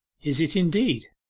is it indeed?